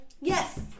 Yes